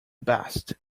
best